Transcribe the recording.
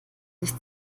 sich